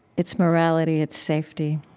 its morality, its safety